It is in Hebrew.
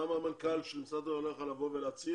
למה המנכ"ל של המשרד לא יכול לבוא ולהצהיר